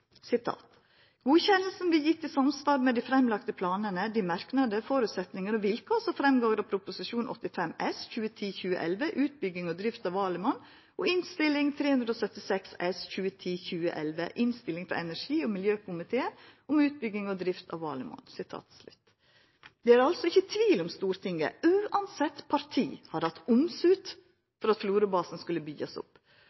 blir gitt i samsvar med de fremlagte planene, de merknader, forutsetninger og vilkår som fremgår av Prop. 85 S Utbygging og drift av Valemon og Innst. 376 S Innstilling fra energi- og miljøkomiteen om utbygging og drift av Valemon.» Det er altså ikkje tvil om at Stortinget – uansett parti – har hatt